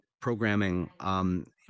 programming